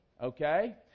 okay